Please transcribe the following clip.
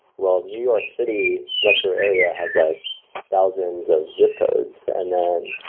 while new york city metro area has like thousands of zip codes and then,